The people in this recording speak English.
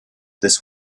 this